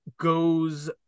goes